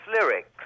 lyrics